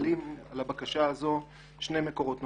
שחלים על הבקשה שני מקורות נורמטיביים.